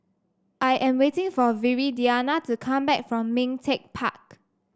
I am waiting for Viridiana to come back from Ming Teck Park